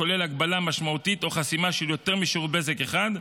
כולל הגבלה משמעותית או חסימה של יותר משירות בזק אחד,